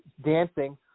Dancing